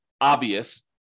obvious